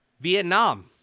Vietnam